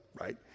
right